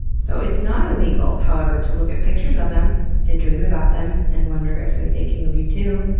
so it's not illegal, however, to look at pictures of them and dream about them and wonder if they're thinking of you, too.